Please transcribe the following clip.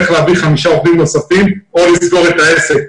צריך להביא חמישה עובדים אחרים או לסגור את העסק.